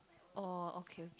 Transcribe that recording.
oh okay